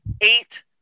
eight